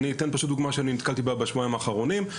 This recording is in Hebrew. אני אתן דוגמא שאני נתקלתי בה בשבועיים האחרונים.